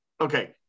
Okay